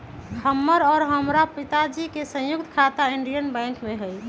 हमर और हमरा पिताजी के संयुक्त खाता इंडियन बैंक में हई